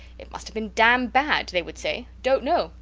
it mustve been dam bad, they would say. dont know,